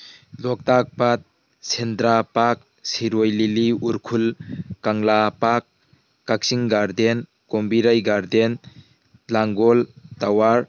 ꯂꯣꯛꯇꯥꯛ ꯄꯥꯠ ꯁꯦꯅꯗ꯭ꯔꯥ ꯄꯥꯛ ꯁꯤꯔꯣꯏ ꯂꯤꯂꯤ ꯎꯈ꯭ꯔꯨꯜ ꯀꯪꯂꯥ ꯄꯥꯠ ꯀꯛꯆꯤꯡ ꯒꯥ꯭ꯔꯗꯦꯟ ꯀꯣꯝꯕꯤꯔꯩ ꯒꯥꯔꯗꯦꯟ ꯂꯥꯡꯒꯣꯜ ꯇꯋꯥꯔ